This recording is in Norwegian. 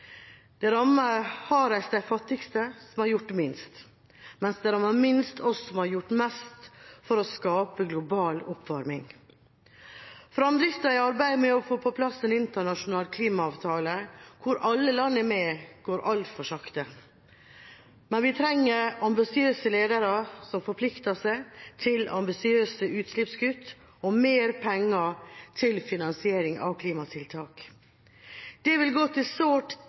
Det rammer hardest de fattigste, som har gjort minst, mens det rammer minst oss som har gjort mest for å skape global oppvarming. Fremdriften i arbeidet med å få på plass en internasjonal klimaavtale hvor alle land er med, går altfor sakte. Vi trenger ambisiøse ledere som forplikter seg til ambisiøse utslippskutt, og mer penger til finansiering av klimatiltak. Det vil gi sårt trengt tillit til